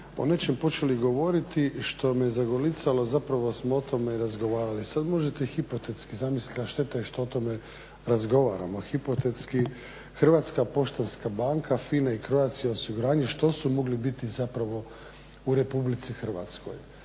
o nečem počeli govoriti što me zagolicalo, zapravo smo i o tome razgovarali. Sad možete hipotetski zamisliti, a šteta je što o tome razgovaramo hipotetski Hrvatska poštanska banka, FINA i Croatia osiguranje što su mogli biti zapravo u RH, na koji